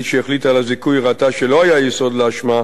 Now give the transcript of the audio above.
שהחליטה על הזיכוי ראתה שלא היה יסוד לאשמה,